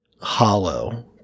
hollow